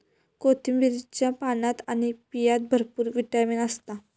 कोथिंबीरीच्या पानात आणि बियांत भरपूर विटामीन असता